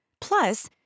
Plus